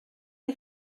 neu